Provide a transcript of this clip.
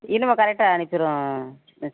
இனிமேல் கரெட்டாக அனுப்பிடுவேன் மிஸ்